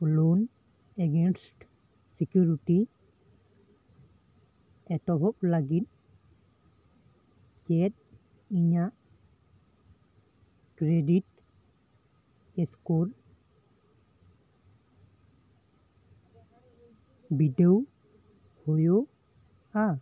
loan against securities ᱮᱛᱚᱦᱚᱵ ᱞᱟᱹᱜᱤᱫ ᱪᱮᱫ ᱤᱧᱟᱹᱜ ᱠᱨᱮᱰᱤᱴ ᱥᱠᱳᱨ ᱵᱤᱰᱟᱹᱣ ᱦᱩᱭᱩᱜᱼᱟ